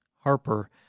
Harper—